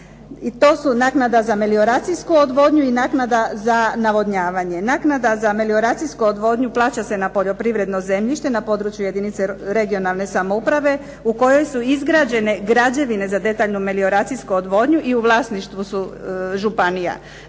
to su naknada za melioracijsku odvodnju i naknada za navodnjavanje. Naknada za melioracijsku odvodnju plaća se na poljoprivredno zemljište, na području jedinice regionalne samouprave, u kojoj su izgrađene građevine za detaljnu melioracijsku odvodnju i u vlasništvu su županija.